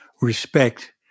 respect